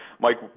Mike